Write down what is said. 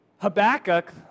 Habakkuk